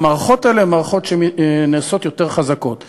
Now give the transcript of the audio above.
המערכות האלה הן מערכות שנעשות חזקות יותר.